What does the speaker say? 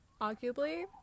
Arguably